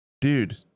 dude